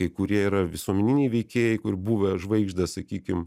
kai kurie yra visuomeniniai veikėjai kur buvę žvaigždės sakykim